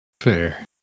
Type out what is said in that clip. fair